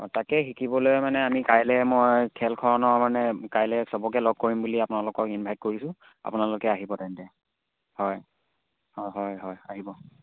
অঁ তাকে শিকিবলৈ মানে আমি কাইলৈ মই খেলখনৰ মানে কাইলৈ চবকে লগ কৰিম বুলি আপোনালোকক ইনভাইট কৰিছোঁ আপোনালোকে আহিব তেন্তে হয় অঁ হয় হয় আহিব